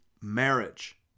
marriage